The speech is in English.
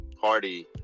party